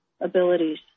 abilities